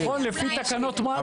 נכון לפי תקנות מד"א.